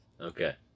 Okay